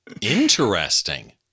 Interesting